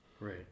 right